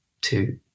two